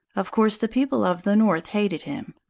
of course, the people of the north hated him.